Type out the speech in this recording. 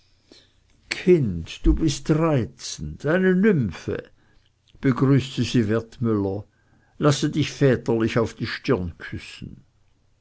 kind du bist reizend eine nymphe begrüßte sie wertmüller lasse dich väterlich auf die stirn küssen